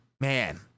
man